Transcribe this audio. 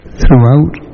throughout